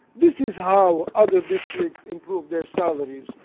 this is how other districts improve their salaries.